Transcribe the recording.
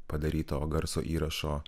padaryto garso įrašo